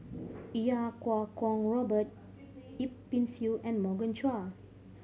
Iau Kuo Kwong Robert Yip Pin Xiu and Morgan Chua